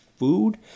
food